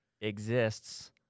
exists